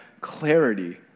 clarity